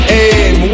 aim